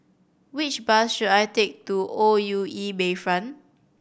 which bus should I take to O U E Bayfront